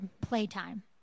playtime